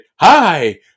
Hi